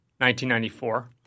1994